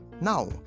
now